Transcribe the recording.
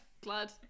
Glad